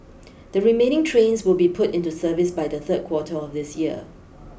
the remaining trains will be put into service by the third quarter of this year